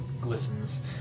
glistens